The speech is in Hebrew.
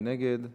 מי נגד?